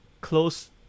close